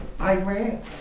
Iran